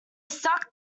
stuck